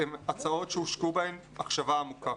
אלה הצעות שנדרשת להן הקשבה עמוקה.